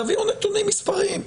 תביאו נתונים מספריים.